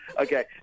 okay